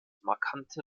markante